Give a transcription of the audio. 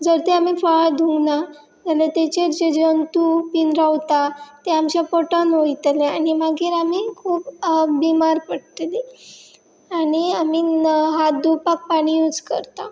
जर ते आमी फळां धुंक ना जाल्यार तेचेर जे जंतू बीन रावता तें आमचें पोटान वयतलें आनी मागीर आमी खूब बिमार पडटली आनी आमी हात धुवपाक पाणी यूज करता